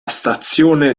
stazione